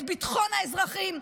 את ביטחון האזרחים.